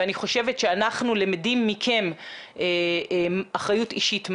ואני חושבת שאנחנו למדים מכם אחריות אישית מהי.